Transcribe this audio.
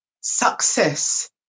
Success